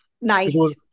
nice